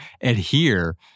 adhere